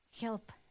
help